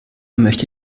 möchte